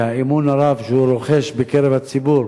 והאמון הרב שהוא מקבל בקרב הציבור